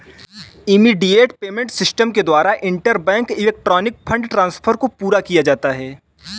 immediate payment system के द्वारा interbank electronic fund transfer को पूरा किया जाता है